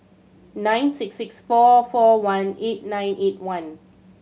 nine six six four four one eight nine eight one